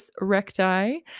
recti